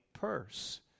purse